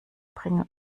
bringen